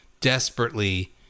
desperately